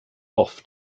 off